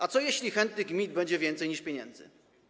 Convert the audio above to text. A jeśli chętnych gmin będzie więcej niż pieniędzy?